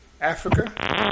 Africa